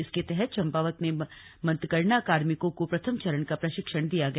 इसके तहत चम्पावत में मतगणना कार्मिकों को प्रथम चरण का प्रशिक्षण दिया गया